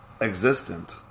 existent